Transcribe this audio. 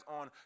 on